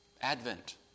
Advent